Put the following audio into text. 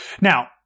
Now